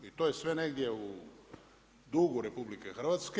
I to je sve negdje u dugu RH.